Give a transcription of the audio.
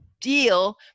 deal